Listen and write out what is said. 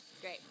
Great